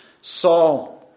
Saul